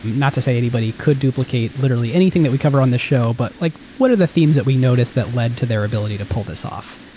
not to say anybody could duplicate literally anything that we cover on this show, but like what are the themes that we noticed that lead to their ability to pull this off?